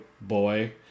boy